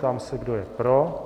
Ptám se, kdo je pro.